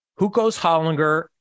Hukos-Hollinger